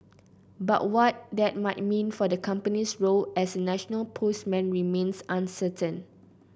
but what that might mean for the company's role as a national postman remains uncertain